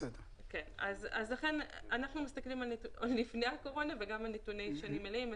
אנחנו מסתכלים על הנתונים מלפני הקורונה ועל שנים מלאות.